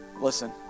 listen